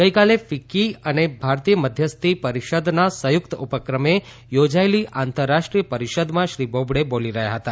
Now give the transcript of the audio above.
ગઇકાલે ફીક્કી અને ભારતીય મધ્યસ્થી પરિષદના સંયુક્ત ઉપક્રમે યોજાયેલી આંતરરાષ્ટ્રીય પરિષદમાં શ્રી બોબડે બોલી રહ્યા હતા